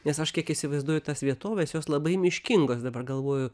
nes aš kiek įsivaizduoju tos vietovės jos labai miškingos dabar galvoju